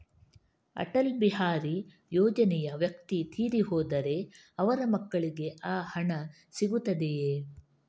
ಅಟಲ್ ಬಿಹಾರಿ ಯೋಜನೆಯ ವ್ಯಕ್ತಿ ತೀರಿ ಹೋದರೆ ಅವರ ಮಕ್ಕಳಿಗೆ ಆ ಹಣ ಸಿಗುತ್ತದೆಯೇ?